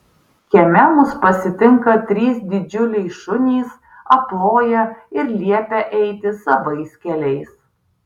kieme mus pasitinka trys didžiuliai šunys aploja ir liepia eiti savais keliais